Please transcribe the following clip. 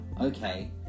okay